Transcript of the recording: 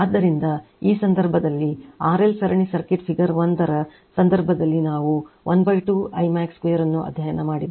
ಆದ್ದರಿಂದ ಈ ಸಂದರ್ಭದಲ್ಲಿ RL ಸರಣಿ ಸರ್ಕ್ಯೂಟ್ ಫಿಗರ್ 1 ರ ಸಂದರ್ಭದಲ್ಲಿ ನಾವು 12 I max 2 ಅನ್ನು ಅಧ್ಯಯನ ಮಾಡಿದ್ದೇವೆ